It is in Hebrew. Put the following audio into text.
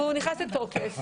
והוא נכנס לתוקף.